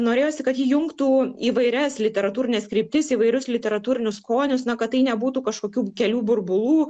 norėjosi kad ji jungtų įvairias literatūrines kryptis įvairius literatūrinius skonius na kad tai nebūtų kažkokių kelių burbulų